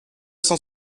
cent